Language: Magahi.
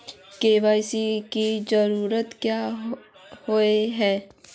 के.वाई.सी की जरूरत क्याँ होय है?